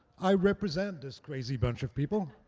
i represent this crazy bunch of people.